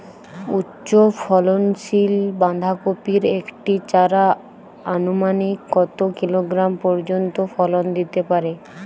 উচ্চ ফলনশীল বাঁধাকপির একটি চারা আনুমানিক কত কিলোগ্রাম পর্যন্ত ফলন দিতে পারে?